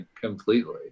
completely